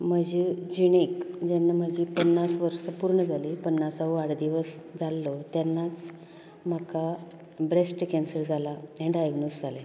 म्हजे जिणेंत जेन्ना म्हजी पन्नास वर्सां पूर्ण जालीं पन्नासावो वाडदिवस जाल्लो तेन्नाच म्हाका ब्रेस्ट केन्सर जाला हें डायग्नोज जाल्लें